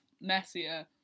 messier